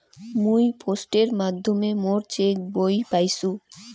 মুই পোস্টের মাধ্যমে মোর চেক বই পাইসু